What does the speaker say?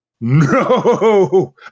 no